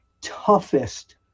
toughest